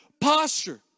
posture